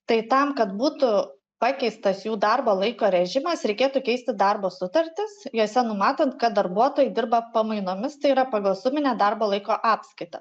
tai tam kad būtų pakeistas jų darbo laiko režimas reikėtų keisti darbo sutartis jose numatant kad darbuotojai dirba pamainomis tai yra pagal suminę darbo laiko apskaitą